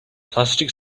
plastic